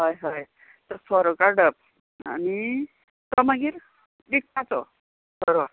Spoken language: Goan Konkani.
हय हय तो सोरो काडप आनी तो मागीर विकपाचो सोरो